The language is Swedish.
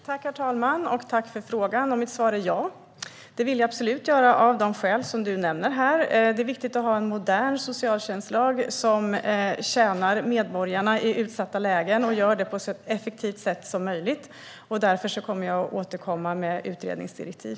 Herr talman! Tack för frågan! Mitt svar är ja. Det vill jag absolut göra av de skäl som du nämner här. Det är viktigt att ha en modern socialtjänstlag som tjänar medborgarna i utsatta lägen och gör det på ett så effektivt sätt som möjligt. Därför kommer jag att återkomma med utredningsdirektiv.